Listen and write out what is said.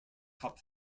cup